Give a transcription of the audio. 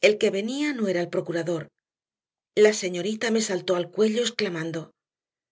el que venía no era el procurador la señorita me saltó al cuello exclamando